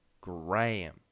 Graham